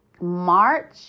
March